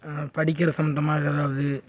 படிக்கிற சம்பந்தமாக எதாவது